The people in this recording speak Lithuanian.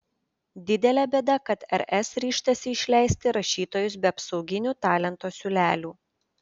didelė bėda kad rs ryžtasi išleisti rašytojus be apsauginių talento siūlelių